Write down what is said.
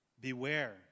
beware